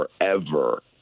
forever